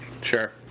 Sure